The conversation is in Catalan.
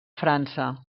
frança